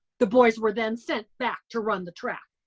the boys were then sent back to run the track.